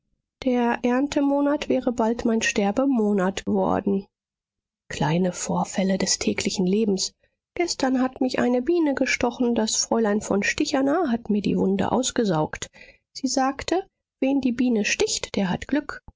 der erntemonat wäre bald mein sterbemonat worden kleine vorfälle des täglichen lebens gestern hat mich eine biene gestochen das fräulein von stichaner hat mir die wunde ausgesaugt sie sagte wen die biene sticht der hat glück